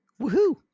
woohoo